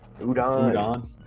Udon